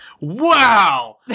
Wow